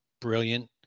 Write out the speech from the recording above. brilliant